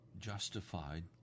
justified